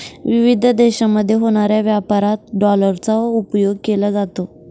विविध देशांमध्ये होणाऱ्या व्यापारात डॉलरचा उपयोग केला जातो